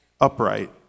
upright